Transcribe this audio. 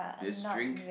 this drink